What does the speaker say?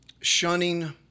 shunning